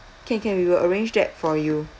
can can we will arrange that for you